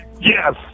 Yes